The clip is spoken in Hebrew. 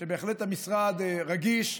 שבהחלט המשרד רגיש,